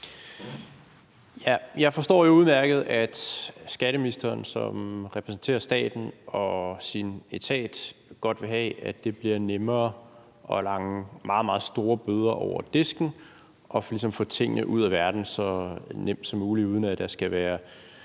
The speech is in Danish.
Jeg forstår udmærket, at skatteministeren, som repræsenterer staten og sin etat, godt vil have, at det bliver nemmere at lange meget, meget store bøder over disken og ligesom få tingene ud af verden så nemt som muligt, uden at der skal være